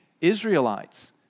Israelites